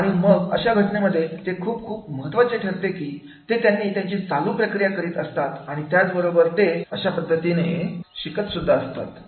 आणि मग अशा घटनेमध्ये हे खूप खूप महत्त्वाचे ठरते कि ते त्यांची चालू प्रक्रिया करीत असतात आणि त्याच बरोबर ते अशा पद्धतीने शिकत सुद्धा असतात